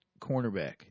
cornerback